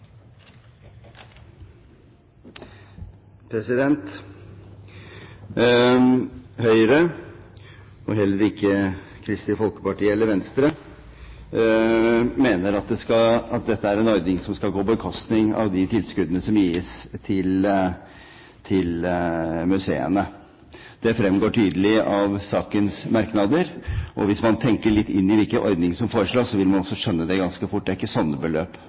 en ordning som skal gå på bekostning av de tilskuddene som gis til museene. Det fremgår tydelig av sakens merknader. Hvis man tenker litt på hvilke ordninger som foreslås, vil man ganske fort skjønne at det ikke vil bli sånne beløp.